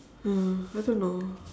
ya I don't know